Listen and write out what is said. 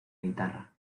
guitarra